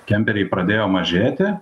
kemperiai pradėjo mažėti